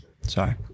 Sorry